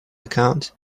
account